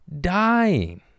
dying